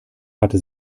hatte